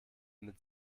mit